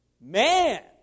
Man